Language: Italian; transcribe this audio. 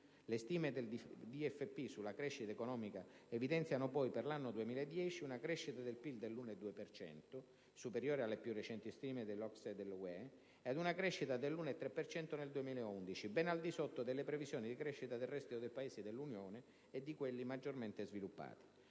Le stime della DFP sulla crescita economica, poi, evidenziano per l'anno 2010 una crescita del PIL dell'1,2 per cento, superiore alle più recenti stime dell'OCSE e dell'UE, ed una crescita dell'1,3 per cento nel 2011, ben al di sotto delle previsioni di crescita del resto dei Paesi dell'Unione e di quelli maggiormente sviluppati.